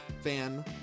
fan